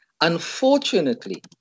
Unfortunately